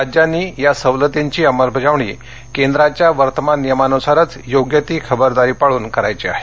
राज्यांनी या सवलतींची अंमलबजावणी केंद्राच्या वर्तमान नियमानुसारच योग्य ती खबरदारी पाळून करायची आहे